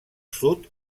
sud